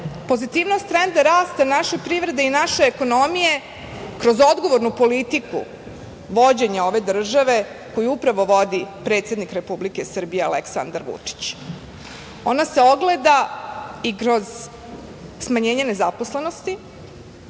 pozitivnost trenda rasta naše privrede i naše ekonomije kroz odgovornu politiku vođenja ove države koju upravo vodi predsednik Republike Srbije, Aleksandar Vučić. Ona se ogleda i kroz smanjenje nezaposlenosti,